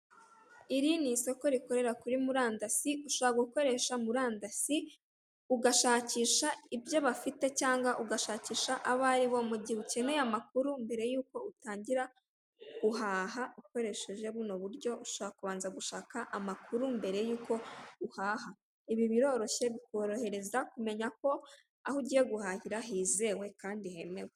Iri ni isoko rikorera kuri mirandasi ushobora gukoresha murandasi ugashakisha ibyo bafite cyangwa ugashakisha abo ari bo mu gihe ukeneye amakuru mbere yuko utangira guhaha ukoresheje buno buryo ushobora kubanza gushakikasha gushaka amakuru mbere yuko uhaha ibi biroroshye bikumenyesha ko aho ugiye guhahira hizewe kandi hemewe.